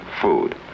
food